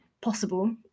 possible